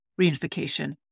reunification